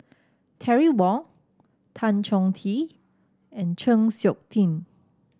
Terry Wong Tan Chong Tee and Chng Seok Tin